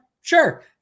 Sure